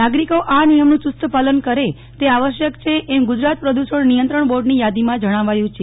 નાગરિકો આ નિયમનું યુસ્તપાલન કરે તે આવશ્થક છે એમ ગુજરાત પ્રદૂષણ નિયંત્રણ બોર્ડની યાદીમાં જણાવાયું છે